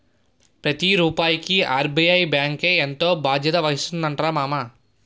ప్రతి రూపాయికి ఆర్.బి.ఐ బాంకే ఎంతో బాధ్యత వహిస్తుందటరా మామా